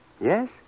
Yes